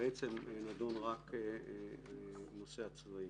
ונדון רק הנושא הצבאי.